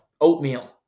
oatmeal